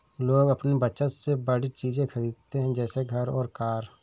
लोग अपनी बचत से बड़ी चीज़े खरीदते है जैसे घर और कार